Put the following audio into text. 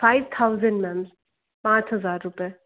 five thousand ma'am पाँच हज़ार रुपये